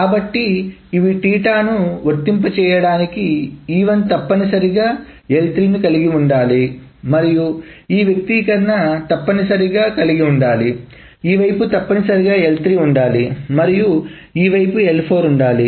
కాబట్టి ఇవి వర్తింపజేయడానికి E1 తప్పనిసరిగా L3కలిగి ఉండాలి ని మరియు ఈ వ్యక్తీకరణ తప్పనిసరిగా తప్పక కలిగి ఉండాలి ఈ వైపు తప్పనిసరిగా L3 ఉండాలి మరియు ఈ వైపు L4 ఉండాలి